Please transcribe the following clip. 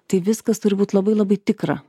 tai viskas turi būt labai labai tikra